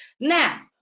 Now